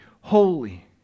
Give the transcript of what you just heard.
holy